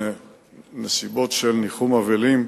בנסיבות של ניחום אבלים,